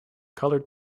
colored